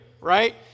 right